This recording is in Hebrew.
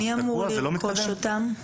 מי אמור לרכוש אותן?